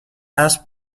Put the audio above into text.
اسب